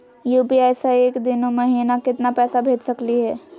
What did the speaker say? UPI स एक दिनो महिना केतना पैसा भेज सकली हे?